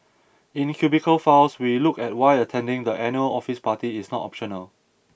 in Cubicle Files we look at why attending the annual office party is not optional